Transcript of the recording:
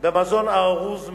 במזון ארוז מראש.